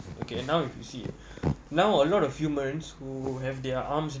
okay now you see now a lot of humans who have their arms